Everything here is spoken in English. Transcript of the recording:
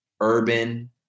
urban